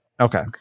Okay